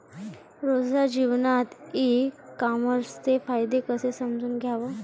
रोजच्या जीवनात ई कामर्सचे फायदे कसे समजून घ्याव?